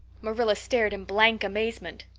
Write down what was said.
marilla stared in blank amazement.